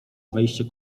wejście